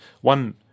One